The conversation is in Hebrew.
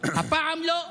הפעם לא.